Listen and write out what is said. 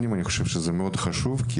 אני חושב שזה מאוד חשוב לעשות דירוג של מאמנים,